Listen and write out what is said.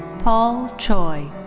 paul choi.